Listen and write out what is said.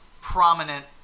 prominent